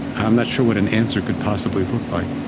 i'm not sure what an answer could possibly look like.